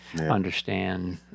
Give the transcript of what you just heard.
understand